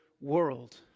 world